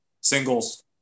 singles